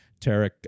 Tarek